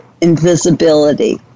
Invisibility